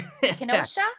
Kenosha